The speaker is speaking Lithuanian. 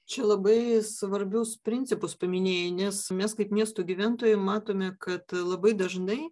čia labai svarbius principus paminėjai nes mes kaip miestų gyventojai matome kad labai dažnai